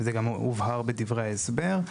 זה גם הובהר בדברי ההסבר.